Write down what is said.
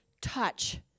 touch